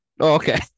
okay